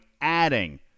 adding